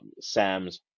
Sam's